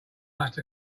must